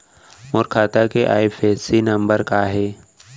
मोर खाता के IFSC number का हे?